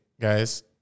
guys